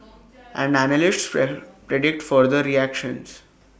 and analysts predict further ructions